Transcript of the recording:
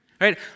right